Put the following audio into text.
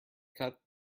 cut